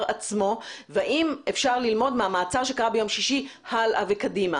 עצמו והאם אפשר ללמוד מהמעצר שקרה ביום שישי קדימה.